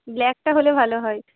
ব্ল্যাকটা হলে ভালো হয়